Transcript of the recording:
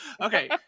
Okay